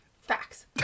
Facts